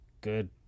good